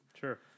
sure